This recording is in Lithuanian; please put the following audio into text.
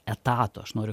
etato aš noriu